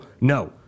no